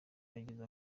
yagize